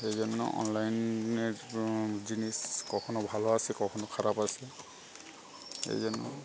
এই জন্য অনলাইনের জিনিস কখনও ভালো আসে কখনও খারাপ আসে এই জন্য